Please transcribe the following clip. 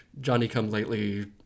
Johnny-come-lately